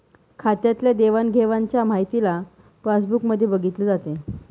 खात्यातल्या देवाणघेवाणच्या माहितीला पासबुक मध्ये बघितले जाते